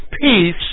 peace